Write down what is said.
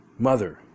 Mother